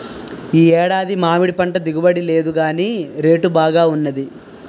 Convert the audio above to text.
ఈ ఏడాది మామిడిపంట దిగుబడి లేదుగాని రేటు బాగా వున్నది